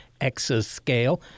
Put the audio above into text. exascale